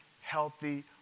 healthy